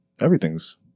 Everything's